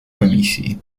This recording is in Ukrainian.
комісії